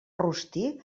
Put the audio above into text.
rostir